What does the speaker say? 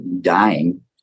dying